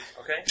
okay